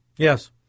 Yes